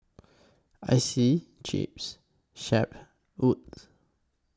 Icey Chips Shep Wood